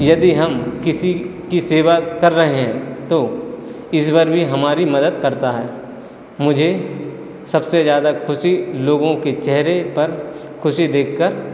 यदि हम किसी की सेवा कर रहे हैं तो ईश्वर भी हमारी मदद करता है मुझे सबसे ज़्यादा ख़ुशी लोगों के चेहरे पर ख़ुशी देखकर